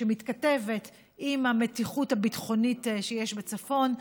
שמתכתבת עם המתיחות הביטחונית שיש בצפון.